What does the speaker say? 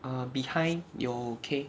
err behind 有 K